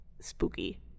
spooky